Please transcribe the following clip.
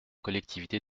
collectivités